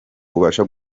ubasha